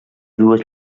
dues